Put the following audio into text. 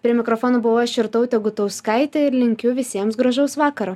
prie mikrofono buvau aš irtautė gutauskaitė ir linkiu visiems gražaus vakaro